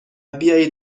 بیایید